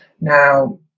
now